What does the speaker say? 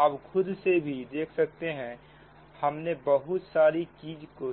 अब खुद से भी देख सकते हैं हमने बहुत सारी चीजों को